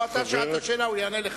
שאלת שאלה, הוא יענה לך.